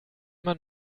man